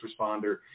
responder